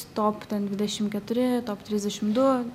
top ten dvidešim keturi top trisdešim du